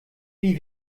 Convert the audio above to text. wie